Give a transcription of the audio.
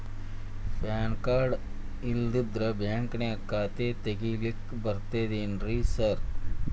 PAN card ಇಲ್ಲಂದ್ರ ಬ್ಯಾಂಕಿನ್ಯಾಗ ಖಾತೆ ತೆಗೆಲಿಕ್ಕಿ ಬರ್ತಾದೇನ್ರಿ ಸಾರ್?